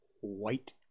White